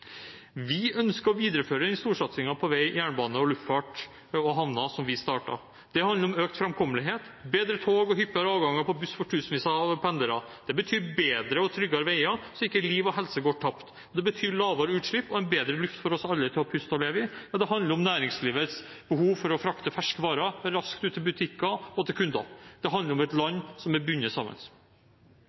Vi ønsker å videreføre den storsatsingen på vei, jernbane, luftfart og havner som vi startet. Det handler om økt framkommelighet, bedre tog og hyppigere avganger med buss for tusenvis av pendlere. Det betyr bedre og tryggere veier, sånn at ikke liv og helse går tapt. Det betyr lavere utslipp og en bedre luft for oss alle å puste inn og å leve i. Ja, det handler om næringslivets behov for å frakte ferske varer raskt ut til butikker og kunder. Det handler om et land som er bundet sammen.